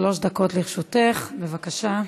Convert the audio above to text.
שלוש דקות לרשותך, בבקשה.